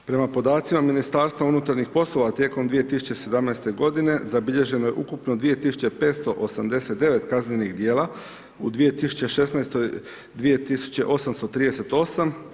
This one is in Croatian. Prema podacima Ministarstva unutarnjih poslova tijekom 2017. godine zabilježeno je ukupno 2589 kaznenih djela, u 2016. 2838.